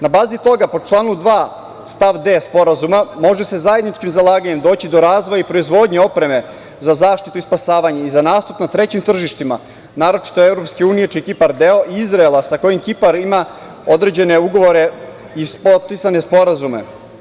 Na bazi toga, po članu 2. stav 10 Sporazuma, može se zajedničkim zalaganjem doći do razvoja i proizvodnje opreme za zaštitu i spasavanje i za nastup na trećim tržištima, naročito EU, čiji je Kipar deo, Izraela, sa kojim Kipar ima određene ugovore i potpisane sporazume.